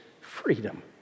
freedom